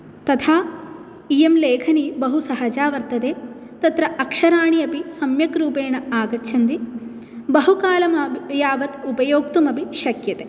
तथा इयं लेखनी बहुसहजा वर्तते तत्र अक्षराणि अपि सम्यक्रूपेण आगच्छन्ति बहुकालं यावद् उपयोक्तुमपि शक्यते